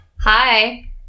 Hi